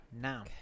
Now